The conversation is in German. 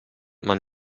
man